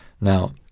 Now